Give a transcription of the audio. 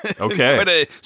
Okay